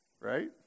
Right